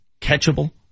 catchable